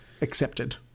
accepted